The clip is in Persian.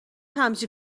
همچین